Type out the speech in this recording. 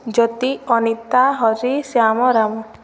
Jyoti Anita Hari Shyam Ram